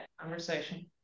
conversation